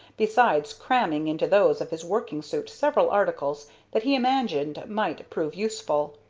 besides cramming into those of his working-suit several articles that he imagined might prove useful.